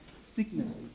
sickness